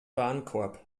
warenkorb